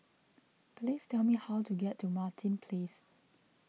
please tell me how to get to Martin please